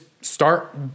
start